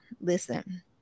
listen